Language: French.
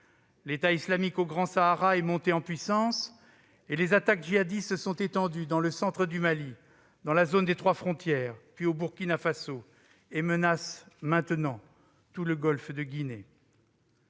L'État islamique dans le Grand Sahara est monté en puissance : les attaques djihadistes se sont étendues dans le centre du Mali, dans la zone des trois frontières puis au Burkina Faso, et menacent maintenant tout le golfe de Guinée.